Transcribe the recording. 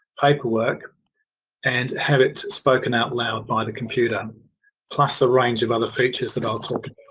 paperwork and have it spoken out loud by the computer plus a range of other features that i'll talk